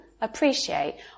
appreciate